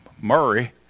Murray